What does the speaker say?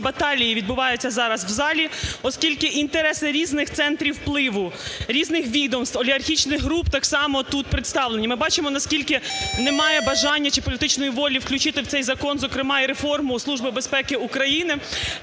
баталії відбуваються зараз в залі, оскільки інтереси різних центрів впливу, різних відомств, олігархічних груп так само тут представлені. Ми бачимо наскільки немає бажання чи політичної волі включити в цей закон, зокрема, і реформу Служби безпеки України.